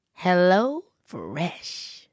HelloFresh